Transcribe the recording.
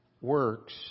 works